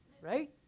right